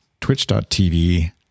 twitch.tv